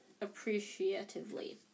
appreciatively